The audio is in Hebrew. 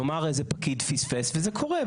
נאמר איזה פקיד פספס וזה קורה,